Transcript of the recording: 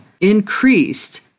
increased